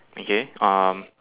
okay um